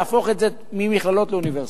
להפוך אותן ממכללות לאוניברסיטה.